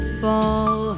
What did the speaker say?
fall